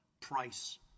price